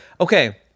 okay